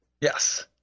Yes